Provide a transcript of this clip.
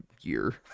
year